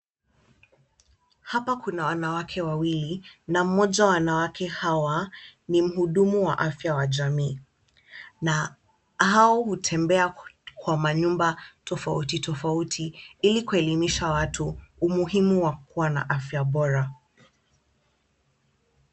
Hapa kuna wanawake wawili na mmoja wa wanawake hawa ni mhudumu wa afya wa jamii na hao hutembea kwa manyumba tofauti tofauti, ili kuelimisha watu, umuhimu wa kuwa na afya bora.